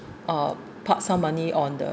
uh park some money on the